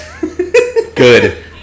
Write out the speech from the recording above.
Good